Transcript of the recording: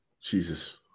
Jesus